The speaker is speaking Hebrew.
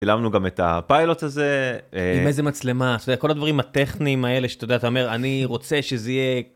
צילמנו גם את הפיילוט הזה - עם איזה מצלמה? אתה יודע, כל הדברים הטכניים האלה שאתה יודע, אתה אומר אני רוצה שזה יהיה.